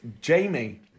Jamie